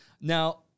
Now